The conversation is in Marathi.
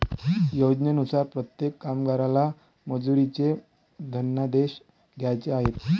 योजनेनुसार प्रत्येक कामगाराला मजुरीचे धनादेश द्यायचे आहेत